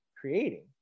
creating